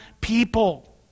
people